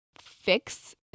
fix